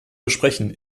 besprechen